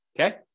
okay